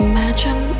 Imagine